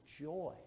joy